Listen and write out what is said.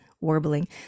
warbling